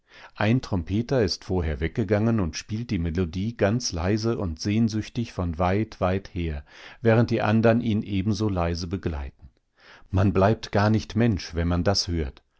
ein trompeter ist vorher weggegangen und spielt die melodie ganz leise und sehnsüchtig von weit weit her während die andern ihn ebenso leise begleiten man bleibt gar nicht mensch wenn man das hört